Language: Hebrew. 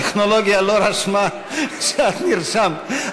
הטכנולוגיה לא רשמה שאת נרשמת,